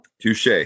Touche